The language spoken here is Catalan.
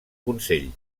consell